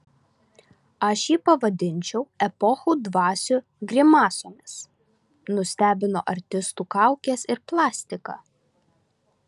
aš jį pavadinčiau epochų dvasių grimasomis nustebino artistų kaukės ir plastika